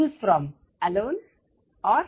Choose from alone lonely